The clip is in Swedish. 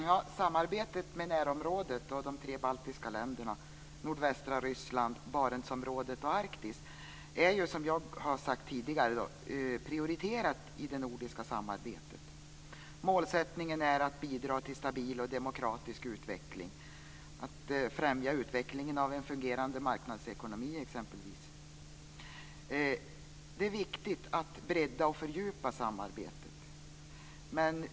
Fru talman! Samarbetet med närområdet och de tre baltiska länderna, nordvästra Ryssland, Barentsområdet och Arktis är, som jag har sagt tidigare, prioriterat i det nordiska samarbetet. Målsättningen är att bidra till stabil och demokratisk utveckling, exempelvis att främja utvecklingen av en fungerande marknadsekonomi. Det är viktigt att bredda och fördjupa samarbetet.